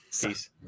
Peace